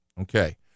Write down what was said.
Okay